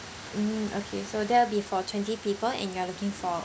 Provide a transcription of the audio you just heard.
mm okay so that'll be for twenty people and you're looking for